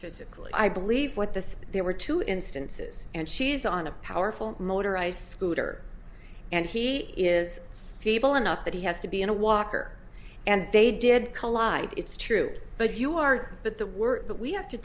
physically i believe what this there were two instances and she's on a powerful motorized scooter and he is feeble enough that he has to be in a walker and they did collide it's true but you are but the word that we have to